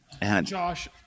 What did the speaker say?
Josh